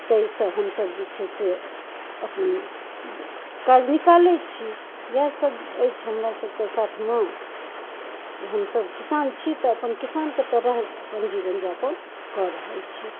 तै सँ हमसब जे छै से अपन काज निकालै छी इएह सब अछि हमरा सबके साथमे जे हमसब किसान छी तऽ अपन किसानके तरह अपन जीवन जापन कऽ रहल छी